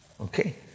Okay